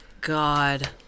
God